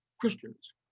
Christians